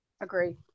Agree